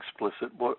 explicit